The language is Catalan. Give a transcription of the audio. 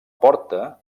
porta